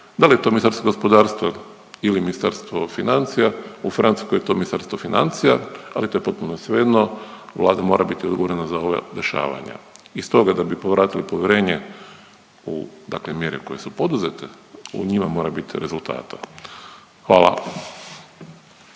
da li je to Ministarstvo gospodarstva ili Ministarstvo financija, u Francuskoj je to Ministarstvo financija, ali to je potpuno svejedno, Vlada mora biti odgovorna za ova dešavanja. I stoga da bi povratili povjerenje u dakle mjere koje su poduzete u njima mora biti rezultata, hvala.